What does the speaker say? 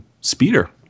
speeder